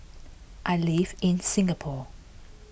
I live in Singapore